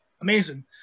Amazing